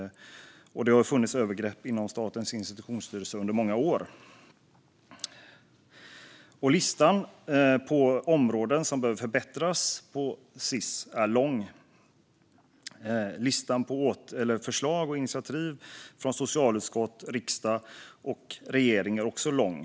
Det har funnits övergrepp inom Statens institutionsstyrelse under många år. Listan över områden som behöver förbättras inom Sis är lång. Listan över förslag och initiativ från socialutskottet, riksdagen och regeringen är också lång.